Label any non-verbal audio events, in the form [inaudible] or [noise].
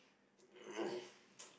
[coughs] [noise]